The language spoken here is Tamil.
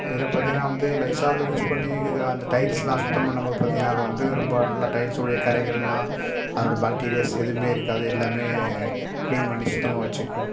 இதில் பார்த்தீங்கன்னா வந்து லைஸாலு யூஸ் பண்ணி க கா அந்த டைல்ஸ் எல்லாம் சுத்தம் பண்ணும்போது பார்த்தீங்கன்னா வந்து ரொம்ப நல்ல டைல்ஸ்வுடைய கறைகள் எல்லாம் அப்புறோம் பேக்டீரியாஸ் எதுவுமே இருக்காது எல்லாமே கிளீன் பண்ணி சுத்தமாக வச்சிக்கும்